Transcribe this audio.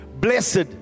Blessed